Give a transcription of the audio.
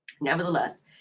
Nevertheless